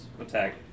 attack